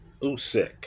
Usyk